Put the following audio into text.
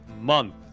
month